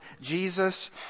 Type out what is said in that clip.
Jesus